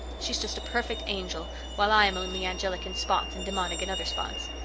she is just a perfect angel, while i am only angelic in spots and demonic in other spots.